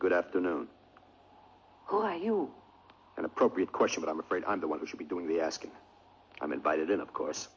good afternoon an appropriate question but i'm afraid i'm the one who should be doing the asking i'm invited in of course